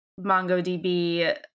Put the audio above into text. MongoDB